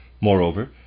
Moreover